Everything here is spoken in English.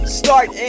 start